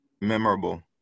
Memorable